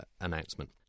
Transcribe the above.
announcement